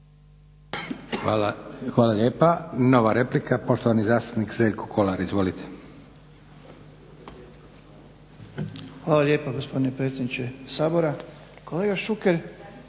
Hvala lijepa. Nova replika poštovani zastupnik Željko Kolar. Izvolite. **Kolar, Željko (SDP)** Hvala lijepa gospodine predsjedniče Sabora. Kolega Šuker